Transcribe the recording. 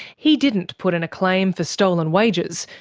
he didn't put in a claim for stolen wages,